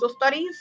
studies